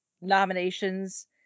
nominations